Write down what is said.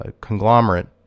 conglomerate